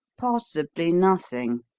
possibly nothing,